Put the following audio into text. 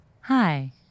Hi